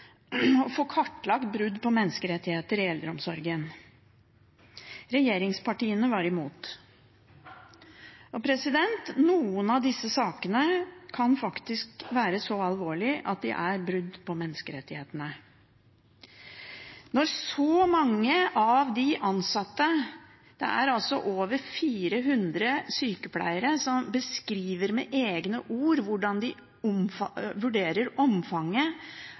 å få kartlagt brudd på menneskerettigheter i eldreomsorgen. Regjeringspartiene var imot. Noen av disse sakene kan faktisk være så alvorlige at de er brudd på menneskerettighetene. Når så mange av de ansatte – over 400 sykepleiere – beskriver med egne ord hvordan de vurderer omfanget